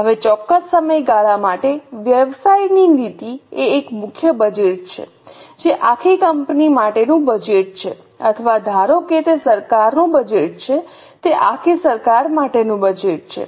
હવે ચોક્કસ સમયગાળા માટે વ્યવસાયની નીતિ એ એક મુખ્ય બજેટ છે જે આખી કંપની માટેનું બજેટ છે અથવા ધારો કે તે સરકારનું બજેટ છે તે આખી સરકાર માટેનું બજેટ છે